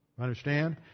Understand